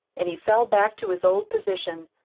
and he fell back to his old position,